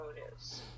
motives